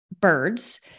birds